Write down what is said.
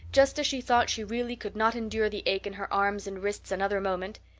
just as she thought she really could not endure the ache in her arms and wrists another moment,